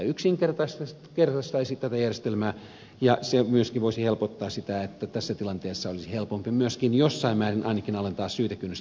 se yksinkertaistaisi tätä järjestelmää ja se myöskin voisi helpottaa menettelyä niin että tässä tilanteessa olisi helpompi myöskin jossain määrin ainakin alentaa syytekynnystä